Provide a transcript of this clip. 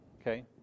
okay